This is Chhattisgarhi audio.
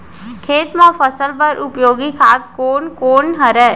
खेत म फसल बर उपयोगी खाद कोन कोन हरय?